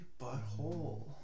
butthole